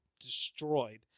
destroyed